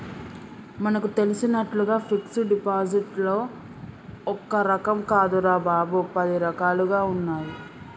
మనకు తెలిసినట్లుగా ఫిక్సడ్ డిపాజిట్లో ఒక్క రకం కాదురా బాబూ, పది రకాలుగా ఉన్నాయి